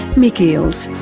mic eales,